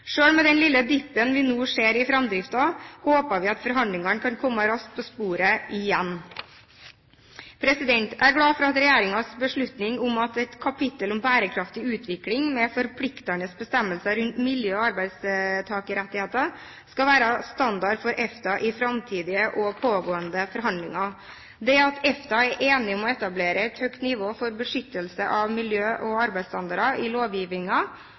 med den lille dip-en vi nå ser i framdriften, håper vi at forhandlingene kan komme raskt på sporet igjen. Jeg er glad for regjeringens beslutning om at et kapittel om bærekraftig utvikling, med forpliktende bestemmelser rundt miljø- og arbeidstakerrettigheter, skal være standard for EFTA i framtidige og pågående forhandlinger. Det at EFTA er enig om å etablere et høyt nivå for beskyttelse av miljø og arbeidsstandarder i